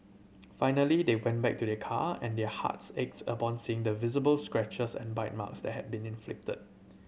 finally they went back to their car and their hearts aches upon seeing the visible scratches and bite marks that had been inflicted